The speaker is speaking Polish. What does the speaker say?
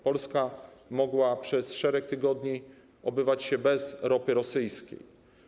Polska mogła przez szereg tygodni obywać się bez ropy rosyjskiej.